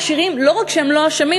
העשירים לא רק שהם לא אשמים,